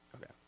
Okay